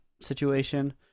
situation